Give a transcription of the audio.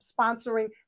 sponsoring